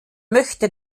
möchte